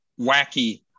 wacky